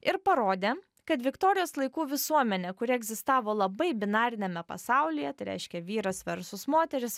ir parodė kad viktorijos laikų visuomenė kuri egzistavo labai binariniame pasaulyje tai reiškia vyras versus moteris